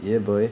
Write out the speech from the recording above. ya boy